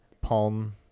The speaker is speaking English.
palm